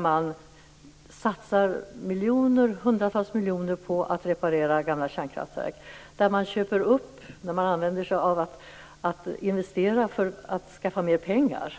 Man satsar ju hundratals miljoner kronor på att reparera gamla kärnkraftverk. Man investerar för att skaffa sig mera pengar